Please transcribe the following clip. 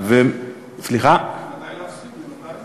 ממתי להפסיק?